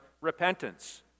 repentance